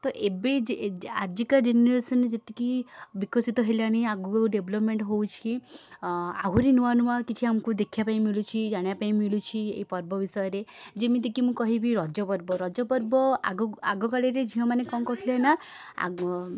ତ ଏବେ ଯେ ଆଜିକା ଜେନେରେସନରେ ଯେତିକି ବିକଶିତ ହେଲାଣି ଆଗକୁ ଡେଭଲପମେଣ୍ଟ ହେଉଛି ଆହୁରି ନୂଆ ନୂଆ କିଛି ଆମକୁ ଦେଖିବା ପାଇଁ ମିଳୁଛି ଜାଣିବା ପାଇଁ ମିଳୁଛି ଏଇ ପର୍ବ ବିଷୟରେ ଯେମିତିକି ମୁଁ କହିବି ରଜପର୍ବ ରଜପର୍ବ ଆଗ ଆଗକାଳରେ ଝିଅମାନେ କ'ଣ କରୁଥିଲେ ନା ଆଗ